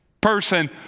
person